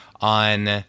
on